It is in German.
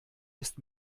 ist